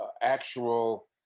actual